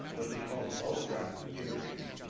what they call the mouse trap interchange.